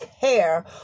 care